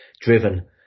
driven